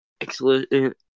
excellent